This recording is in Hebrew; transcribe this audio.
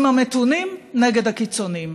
עם המתונים, נגד הקיצונים,